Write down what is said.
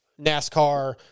NASCAR